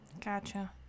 gotcha